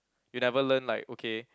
you'll never learn like okay